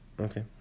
Okay